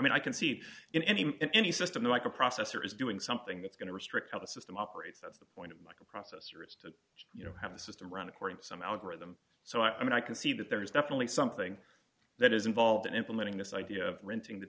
mean i can see in any any system like a processor is doing something that's going to restrict how the system operates that's the point of microprocessors you know have a system run according to some algorithm so i mean i can see that there is definitely something that is involved in implementing this idea of renting the